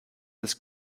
this